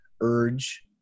Urge